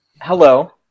hello